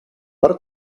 per